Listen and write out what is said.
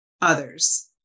Others